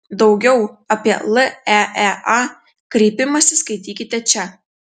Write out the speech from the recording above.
daugiau apie leea kreipimąsi skaitykite čia